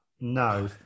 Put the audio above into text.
No